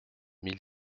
mille